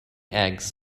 eggs